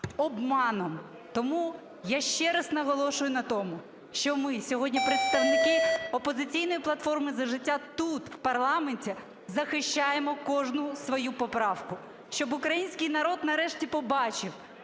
обманом. Тому я ще раз наголошую на тому, що ми сьогодні, представники "Опозиційної платформи – За життя", тут в парламенті захищаємо кожну свою поправку, щоб український народ нарешті побачив